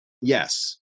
yes